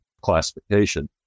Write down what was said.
classification